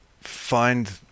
find